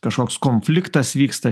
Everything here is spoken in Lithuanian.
kažkoks konfliktas vyksta